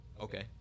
Okay